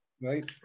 Right